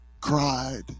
cried